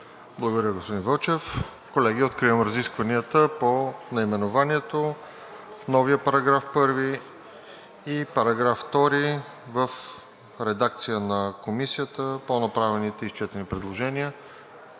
Благодаря, господин Вълчев. Колеги, откривам разискванията по наименованието, новия § 1 и § 2 в редакция на Комисията по направените и изчетени предложения.